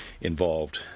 involved